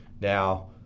Now